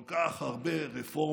כל כך הרבה רפורמות,